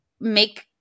make